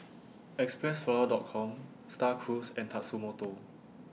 Xpressflower Docom STAR Cruise and Tatsumoto